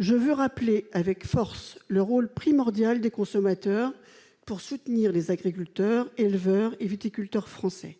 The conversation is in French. Je veux rappeler avec force le rôle primordial des consommateurs pour soutenir les agriculteurs, les éleveurs et les viticulteurs français.